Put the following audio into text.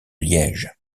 liège